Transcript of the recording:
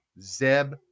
Zeb